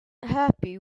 happy